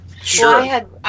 Sure